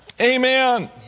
Amen